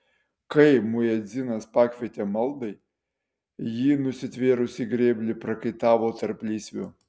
kai muedzinas pakvietė maldai ji nusitvėrusi grėblį prakaitavo tarp lysvių